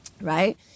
right